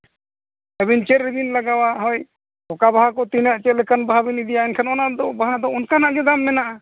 ᱟᱹᱵᱤᱱ ᱪᱮᱫ ᱨᱮᱵᱤᱱ ᱞᱟᱜᱟᱣᱟ ᱦᱳᱭ ᱚᱠᱟ ᱵᱟᱦᱟ ᱠᱚ ᱛᱤᱱᱟᱹᱜ ᱪᱮᱫ ᱞᱮᱠᱟᱱ ᱵᱟᱦᱟ ᱵᱤᱱ ᱤᱫᱤᱭᱟ ᱮᱱᱠᱷᱟᱱ ᱚᱱᱟ ᱫᱚ ᱵᱟᱦᱟ ᱫᱚ ᱚᱱᱠᱟᱱᱟᱜ ᱜᱮ ᱫᱟᱢ ᱢᱮᱱᱟᱜᱼᱟ